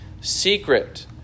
secret